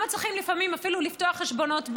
הם לא מצליחים לפעמים אפילו לפתוח חשבונות בנק.